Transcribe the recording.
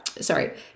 sorry